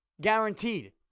guaranteed